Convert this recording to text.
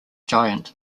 giant